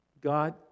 God